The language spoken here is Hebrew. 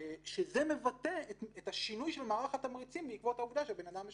שזה מבטא את השינוי של מערך התמריצים בעקבות העובדה שבן אדם משלם.